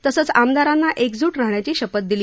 तसंच आमदारांना एकजूट राहण्याची शपथ दिली